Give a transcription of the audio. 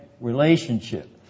relationship